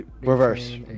Reverse